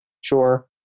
sure